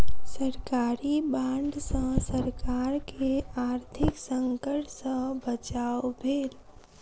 सरकारी बांड सॅ सरकार के आर्थिक संकट सॅ बचाव भेल